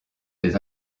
des